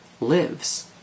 lives